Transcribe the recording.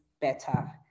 better